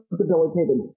debilitated